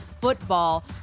football